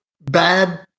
bad